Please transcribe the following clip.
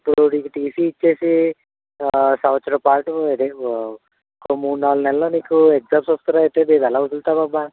ఇప్పుడు నీకు టీసీ ఇచ్చేసి సంవత్సరం పాటు ఇది ఇంకో మూడు నాలుగు నెలలో నీకు ఎగ్జామ్స్ వస్తున్నాయి అంటే నేను ఎలా వదులుతామమ్మా